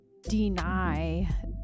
deny